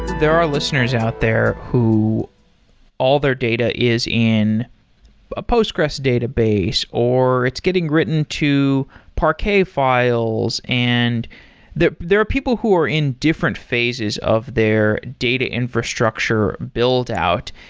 there are listeners out there who all their data is in a postgresql database, or it's getting written to parquet files. and there there are people who are in different phases of their data infrastructure build-out.